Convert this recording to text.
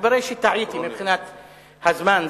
מתברר שטעיתי מבחינת הזמן,